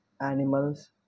animals